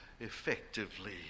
effectively